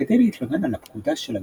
כדי להתלונן על הפקודה של הגסטפו.